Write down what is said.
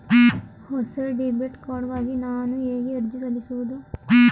ಹೊಸ debit card ಗಾಗಿ ನಾನು ಹೇಗೆ ಅರ್ಜಿ ಸಲ್ಲಿಸುವುದು?